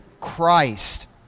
Christ